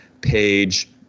page